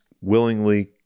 willingly